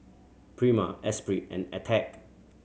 Prima Esprit and Attack